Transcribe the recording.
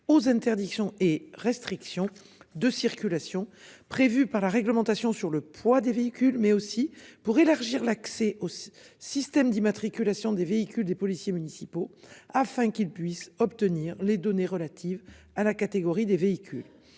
aux interdictions et restrictions de circulation prévues par la réglementation sur le poids des véhicules mais aussi pour élargir l'accès au système d'immatriculation des véhicules des policiers municipaux afin qu'ils puissent obtenir les données relatives à la catégorie des véhicules.